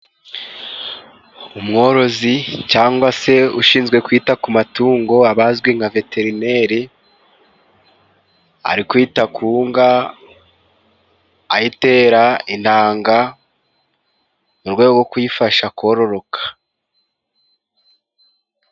Umworozi cyangwa se ushinzwe kwita ku matungo abazwi nka Veterineri ari kwita ku nga ayitera intanga, mu rwego wo kuyifasha kororoka.